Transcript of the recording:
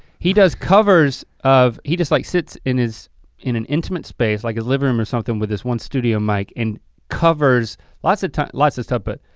he does covers of, he just like sits in his and intimate space, like his living room or something with this one studio mic and covers lots of lots of stuff but